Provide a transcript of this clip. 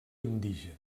indígena